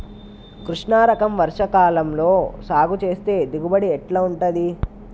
కృష్ణ రకం వర్ష కాలం లో సాగు చేస్తే దిగుబడి ఎట్లా ఉంటది?